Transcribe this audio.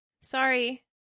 Sorry